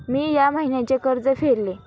मी या महिन्याचे कर्ज फेडले